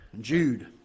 Jude